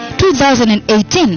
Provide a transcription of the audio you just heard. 2018